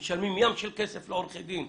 משלמים ים של כסף לעורכי דין,